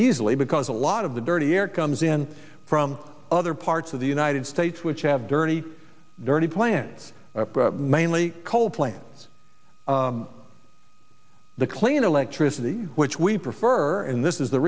easily because a lot of the dirty air comes in from other parts of the united states which have dirty dirty plants mainly coal plant the clean electricity which we prefer and this is the